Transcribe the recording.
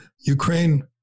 Ukraine